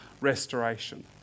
restoration